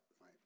Right